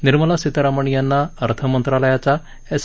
निर्मला सितारामन यांना अर्थमंत्रालयाचा एस